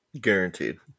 guaranteed